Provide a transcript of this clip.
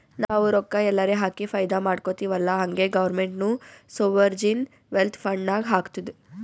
ನಾವು ರೊಕ್ಕಾ ಎಲ್ಲಾರೆ ಹಾಕಿ ಫೈದಾ ಮಾಡ್ಕೊತಿವ್ ಅಲ್ಲಾ ಹಂಗೆ ಗೌರ್ಮೆಂಟ್ನು ಸೋವರ್ಜಿನ್ ವೆಲ್ತ್ ಫಂಡ್ ನಾಗ್ ಹಾಕ್ತುದ್